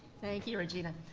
thank you, regina.